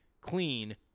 clean